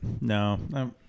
no